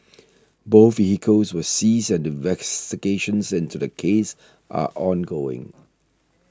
both vehicles were seized and investigations into the case are ongoing